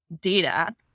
data